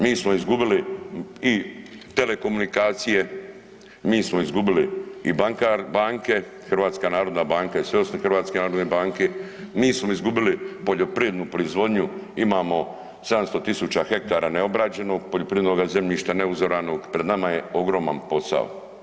Mi smo izgubili i telekomunikacije, mi smo izgubili i banke, HNB, i sve osim HNB-a, mi smo izgubili poljoprivrednu proizvodnju, imamo 700.000 hektara neobrađenog poljoprivrednoga zemljišta, ne uzoranog, pred nama je ogroman posao.